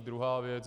Druhá věc.